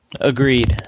Agreed